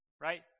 right